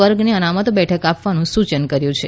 વર્ગને અનામત બેઠકો આપવાનું સૂચન કર્યું છે